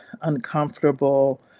uncomfortable